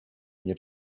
nie